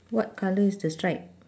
what colour is the stripe